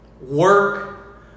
Work